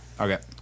Okay